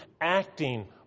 acting